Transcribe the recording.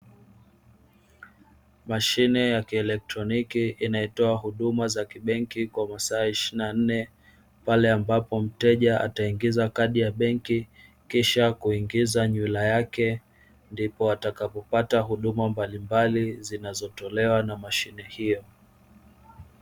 Mashine ya kielektroniki inayotoa huduma za kibenki kwa masaa ishirini na nne, pale ambapo mteja ataingiza kadi ya benki kisha kuingiza nywila yake, ndipo atakapopata huduma mbalimbali zinazotolewa na mashine hiyo.